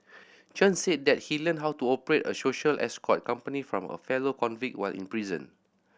Chen said that he learned how to operate a social escort company from a fellow convict while in prison